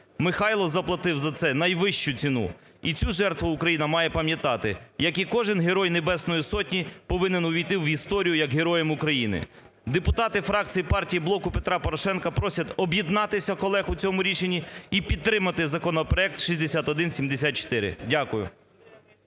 Михайло заплатив за це найвищу ціну і цю жертву Україна має пам'ятати, як і кожен Герой Небесної Сотні повинен увійти в історію як Героєм України. Депутати фракції партії "Блоку Петра Порошенка" просять об'єднатися колег в цьому рішенні і підтримати законопроект 6174. Дякую.